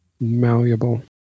malleable